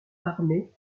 armée